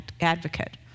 advocate